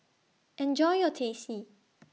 Enjoy your Teh C